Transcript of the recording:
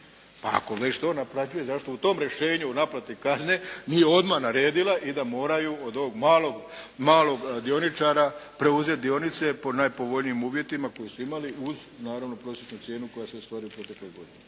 Pa ako već to naplaćuje zašto u tom rješenju o naplati kazne nije odmah naredila i da moraju od ovog malog dioničara preuzeti dionice po najpovoljnijim uvjetima koje su imali uz naravno prosječnu cijenu koja se stvori u protekloj godini.